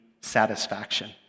satisfaction